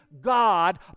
God